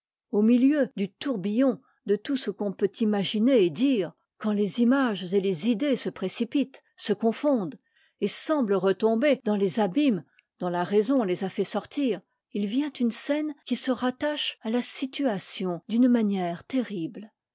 au milieu du tourbillon de tout ce qu'on peut imaginer et dire quand les images et les idées se précipitent se confondent et semblent retomber dans les abîmes dont la raison les a fait sortir il vient une scène qui se rattache à la situation d'une manière terrible